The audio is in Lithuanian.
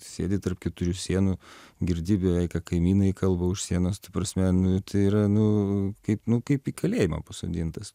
sėdi tarp keturių sienų girdi beveik ką kaimynai kalba už sienos ta prasme tai yra nu kaip nu kaip į kalėjimą pasodintas